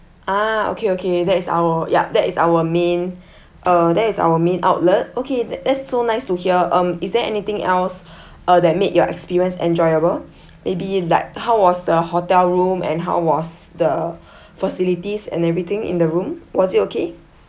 ah okay okay that is our yup that is our main uh that is our main outlet okay that's so nice to hear um is there anything else that uh made your experience enjoyable maybe like how was the hotel room and how was the facilities and everything in the room was it okay